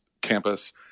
Campus